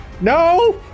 No